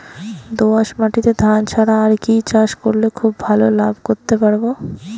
দোয়াস মাটিতে ধান ছাড়া আর কি চাষ করলে খুব ভাল লাভ করতে পারব?